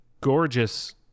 gorgeous